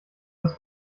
das